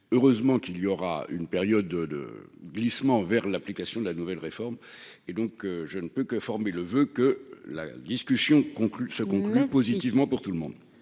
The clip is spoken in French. Heureusement qu'une période de glissement avant l'application de la nouvelle réforme aura lieu. Je ne peux que former le voeu que la discussion se conclue positivement pour tout le monde.